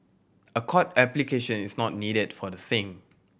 a court application is not needed for the same